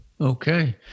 okay